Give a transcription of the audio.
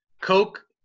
Coke